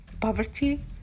Poverty